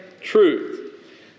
truth